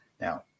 Now